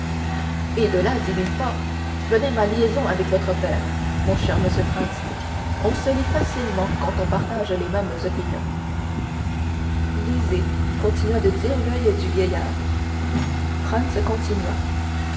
et de là dit villefort venait ma liaison avec votre père mon cher monsieur franz on se lie facilement quand on partage les mêmes opinions lisez continua de dire l'oeil du vieillard franz continua